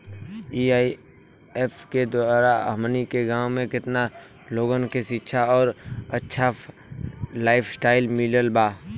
AIF के द्वारा हमनी के गांव में केतना लोगन के शिक्षा और अच्छा लाइफस्टाइल मिलल बा